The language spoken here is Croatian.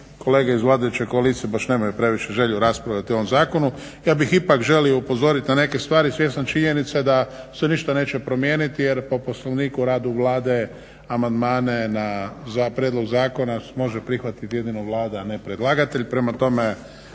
kolege iz vladajuće koalicije baš nemaju previše želje raspravljati o ovome zakonu, ja bih ipak želio upozoriti na neke stvari svjestan činjenica da se ništa neće promijeniti jer po Poslovniku o radu Vlade amandmane za prijedlog zakona može prihvatiti jedino Vlada, a ne predlagatelj.